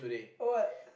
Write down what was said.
what